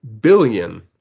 Billion